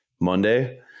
Monday